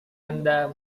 anda